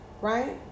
right